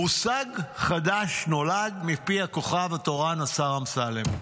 מושג חדש נולד מפי הכוכב התורן השר אמסלם.